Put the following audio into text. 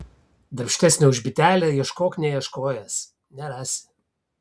darbštesnio už bitelę ieškok neieškojęs nerasi